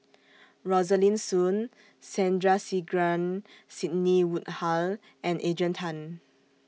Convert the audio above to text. Rosaline Soon Sandrasegaran Sidney Woodhull and Adrian Tan